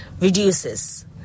reduces